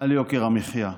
על יוקר המחיה.